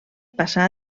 passà